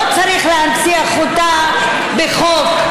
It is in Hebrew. לא צריך להנציח אותה בחוק,